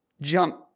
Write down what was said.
Jump